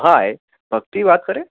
હાય ભક્તિ વાત કરે